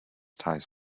ties